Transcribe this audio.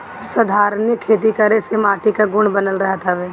संधारनीय खेती करे से माटी कअ गुण बनल रहत हवे